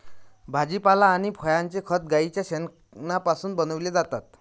भाजीपाला आणि फळांचे खत गाईच्या शेणापासून बनविलेले जातात